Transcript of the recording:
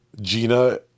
Gina